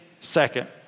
second